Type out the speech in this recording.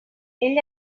ell